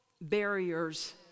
barriers